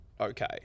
okay